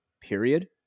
period